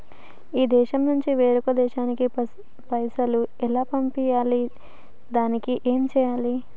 ఈ దేశం నుంచి వేరొక దేశానికి పైసలు ఎలా పంపియ్యాలి? దానికి ఏం చేయాలి?